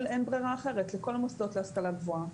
אין ברירה אחרת לכל המוסדות להשכלה גבוהה,